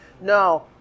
no